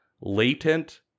latent